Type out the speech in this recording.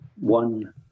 one